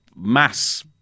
mass